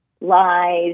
lies